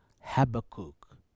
Habakkuk